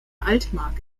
altmark